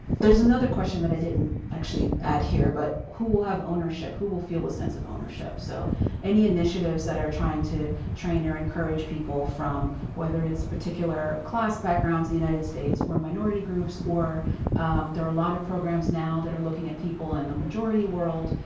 there's another question that i didn't actually add here, but who will have ownership? who will feel a sense of ownership? so any initiatives that are trying to train or encourage people from whether it's particular class backgrounds in the united states or minority groups or there are a lot of programs now that are looking at people in the majority world.